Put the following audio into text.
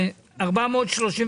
הצבעה אושר.